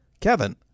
Kevin